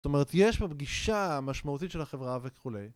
זאת אומרת, יש פה פגישה משמעותית של החברה וכו'.